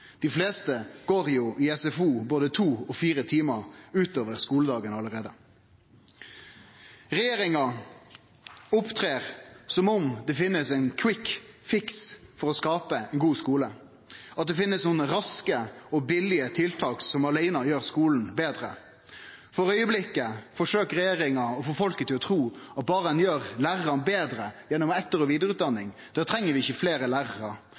Dei fleste går jo allereie i SFO både to og fire timar utover skuledagen. Regjeringa opptrer som om det finst ein «quick fix» for å skape ein god skule, at det finst nokon raske og billege tiltak som åleine gjer skulen betre. For augeblikket forsøkjer regjeringa å få folk til å tru at berre ein gjer lærarane betre gjennom etter- og vidareutdaning, treng ein ikkje fleire lærarar.